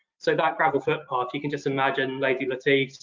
so that gravel foot path, you can just imagine lady lettice,